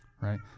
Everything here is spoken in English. Right